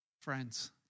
Friends